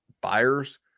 buyers